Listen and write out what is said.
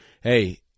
Hey